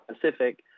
Pacific